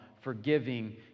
forgiving